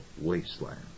wasteland